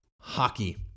hockey